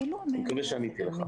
מקווה שעניתי לך.